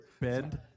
Bend